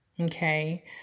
Okay